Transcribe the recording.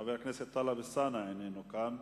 וחבר הכנסת טלב אלסאנע איננו כאן,